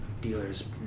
dealers